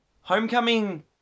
Homecoming